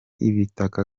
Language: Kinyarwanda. ibitaka